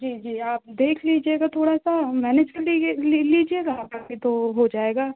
जी जी आप देख लीजिएगा थोड़ा सा मैनेज कर ले लीजिएगा बाक़ी तो हो जाएगा